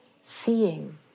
seeing